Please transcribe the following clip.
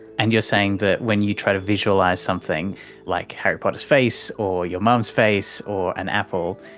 and you're saying that when you try to visualise something like harry potter's face or your mum's face or an apple,